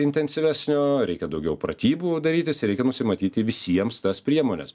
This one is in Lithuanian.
intensyvesnio reikia daugiau pratybų darytis reikia nusimatyti visiems tas priemones